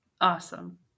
Awesome